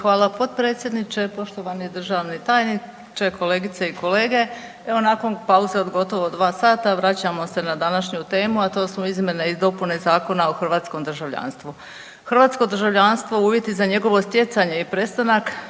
Hvala potpredsjedniče, poštovani državni tajniče, kolegice i kolege. Evo nakon pauze od gotovo dva sata vraćamo se na današnju temu, a to su izmjene i dopune Zakona o hrvatskom državljanstvu. Hrvatsko državljanstvo, uvjeti za njegovo stjecanje i prestanak